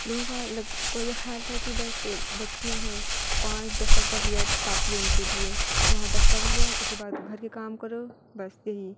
لوگوں کو یہ خیال تھا کہ بس بچیاں ہیں پانچ دس تک پڑھ لیا تو کافی ہے ان کے لیے وہاں بس پڑھ لیا اس کے بعد گھر کے کام کرو بس یہی